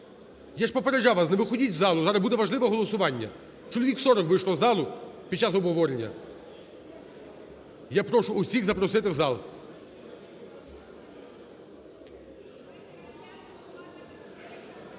Я ж попереджав вас, не виходіть з залу, зараз буде важливе голосування. Чоловік 40 вийшло з залу під час обговорення. Я прошу всіх запросити в зал.